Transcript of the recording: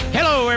Hello